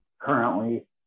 Currently